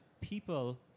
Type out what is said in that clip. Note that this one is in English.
people